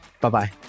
Bye-bye